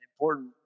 important